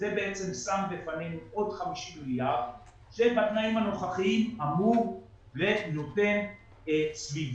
זה בעצם שם בפנינו עוד 50 מיליארד ובתנאים הנוכחיים אמור לתת סביבת